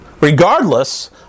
regardless